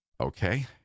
Okay